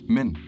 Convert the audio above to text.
Men